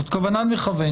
זאת כוונת מכוון,